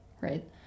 right